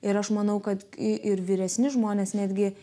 ir aš manau kad ir vyresni žmonės netgi